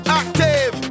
active